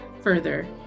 further